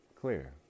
clear